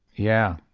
yeah,